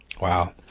Wow